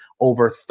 over